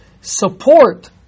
support